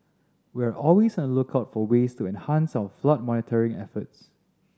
we are always on the lookout for ways to enhance our flood monitoring efforts